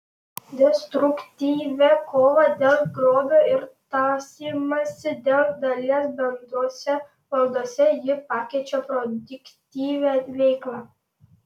destruktyvią kovą dėl grobio ir tąsymąsi dėl dalies bendrose valdose ji pakeičia produktyvia veikla